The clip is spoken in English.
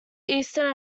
eastern